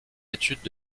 études